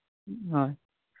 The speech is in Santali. ᱦᱳᱭ